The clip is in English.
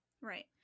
Right